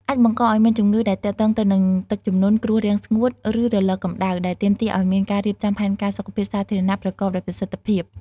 អាចបង្កឱ្យមានជំងឺដែលទាក់ទងទៅនឹងទឹកជំនន់ គ្រោះរាំងស្ងួត ឬរលកកម្តៅ ដែលទាមទារឱ្យមានការរៀបចំផែនការសុខភាពសាធារណៈប្រកបដោយប្រសិទ្ធភាព។